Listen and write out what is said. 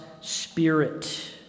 Spirit